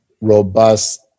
robust